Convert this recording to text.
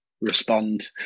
respond